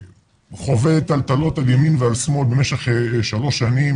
חווה טלטלות על ימין ועל שמאל במשך שלוש שנים,